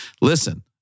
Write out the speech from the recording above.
Listen